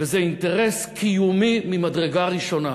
וזה אינטרס קיומי ממדרגה ראשונה.